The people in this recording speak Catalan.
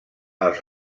els